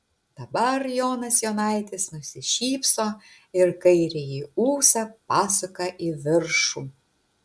dabar jonas jonaitis nusišypso ir kairįjį ūsą pasuka į viršų